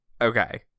Okay